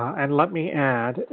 and let me add,